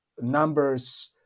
numbers